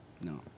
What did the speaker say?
No